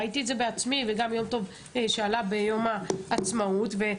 ראיתי את זה בעצמי וגם יום טוב שעלה ביום העצמאות ראה את זה.